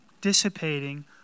dissipating